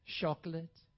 chocolate